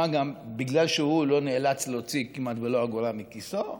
מה גם שבגלל שהוא לא נאלץ להוציא כמעט אגורה מכיסו,